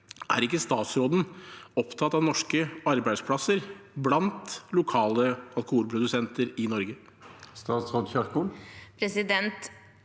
Er ikke statsråden opptatt av norske arbeidsplasser blant lokale alkoholprodusenter i Norge?